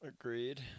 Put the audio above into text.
agreed